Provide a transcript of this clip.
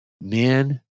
Men